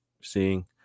seeing